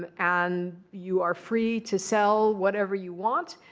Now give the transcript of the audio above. um and you are free to sell whatever you want.